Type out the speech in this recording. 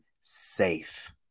safe